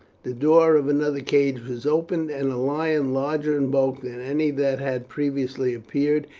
the door of another cage was opened, and a lion, larger in bulk than any that had previously appeared,